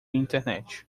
internet